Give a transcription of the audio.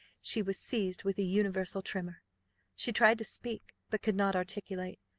she was seized with a universal tremor she tried to speak, but could not articulate.